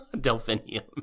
Delphinium